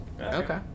Okay